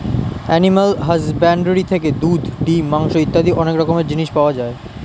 animal husbandry থেকে দুধ, ডিম, মাংস ইত্যাদি অনেক রকমের জিনিস পাওয়া যায়